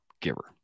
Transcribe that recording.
Giver